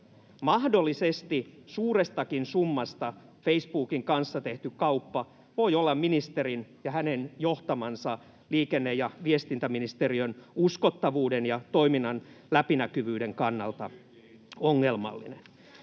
Mahdollisesti suurestakin summasta Facebookin kanssa tehty kauppa voi olla ministerin ja hänen johtamansa liikenne‑ ja viestintäministeriön uskottavuuden ja toiminnan läpinäkyvyyden kannalta ongelmallinen.